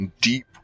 deep